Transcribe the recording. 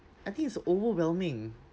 I think it's overwhelming